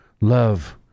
Love